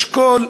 נשקול.